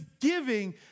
giving